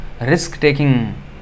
risk-taking